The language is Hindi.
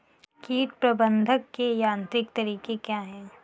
कीट प्रबंधक के यांत्रिक तरीके क्या हैं?